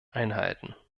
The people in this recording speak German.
einhalten